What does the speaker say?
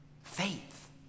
Faith